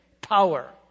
power